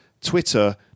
Twitter